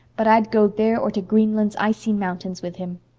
but i'd go there or to greenland's icy mountains with him.